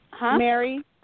Mary